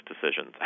decisions